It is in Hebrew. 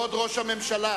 הממשלה,